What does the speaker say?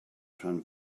rhan